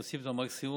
עושים את המקסימום.